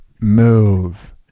move